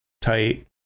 tight